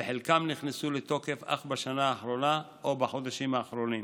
וחלקם נכנסו לתוקף אך בשנה האחרונה או בחודשים האחרונים.